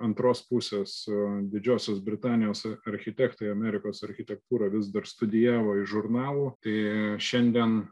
antros pusės didžiosios britanijos architektai amerikos architektūrą vis dar studijavo iš žurnalų tai šiandien